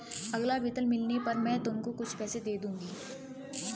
अगला वेतन मिलने पर मैं तुमको कुछ पैसे दे दूँगी